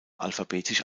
alphabetisch